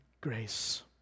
grace